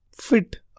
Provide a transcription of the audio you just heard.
fit